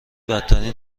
بدترین